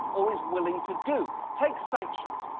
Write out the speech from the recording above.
or is willing to do. take sanctions.